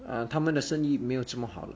err 他们的生意没有这么好了